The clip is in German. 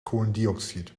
kohlendioxid